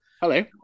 Hello